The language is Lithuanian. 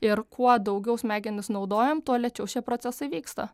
ir kuo daugiau smegenis naudojam tuo lėčiau šie procesai vyksta